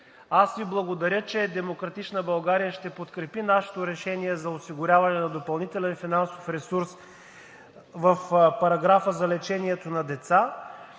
Аз Ви благодаря, че „Демократична България“ ще подкрепи нашето решение за осигуряване на допълнителен финансов ресурс в параграфа за лечението на деца,